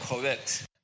correct